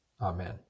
Amen